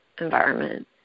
environment